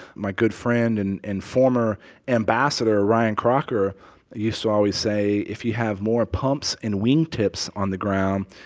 my good friend and and former ambassador ryan crocker used to always say, if you have more pumps and wingtips on the ground,